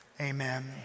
Amen